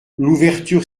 l’ouverture